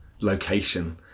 location